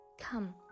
come